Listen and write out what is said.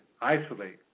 isolate